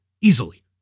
Easily